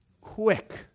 quick